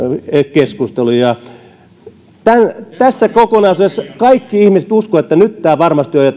keskustelu tässä kokonaisuudessa kaikki ihmiset uskovat että nyt tämä työmarkkinoitten kurittaminen varmasti on jo